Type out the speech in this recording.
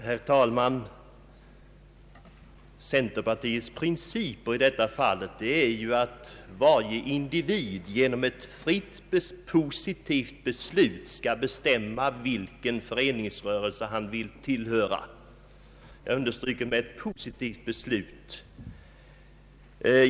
Herr talman! Centerpartiets principer i detta fall är att varje individ genom ett fritt positivt beslut skall bestämma vilken föreningsrörelse han vill tillhöra. Jag understryker ”genom ett positivt beslut”.